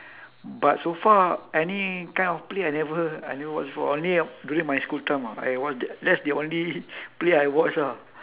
but so far any kind of play I never I never watch before only during my school time ah I watch the that's the only play I watch ah